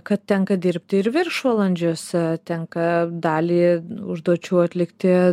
kad tenka dirbti ir viršvalandžius tenka dalį užduočių atlikti